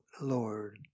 Lord